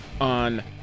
on